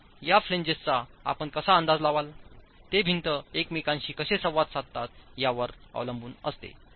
तर या फ्लॅन्जेसचा आपण कसा अंदाज लावाल ते भिंती एकमेकांशी कसे संवाद साधतात यावर अवलंबून असते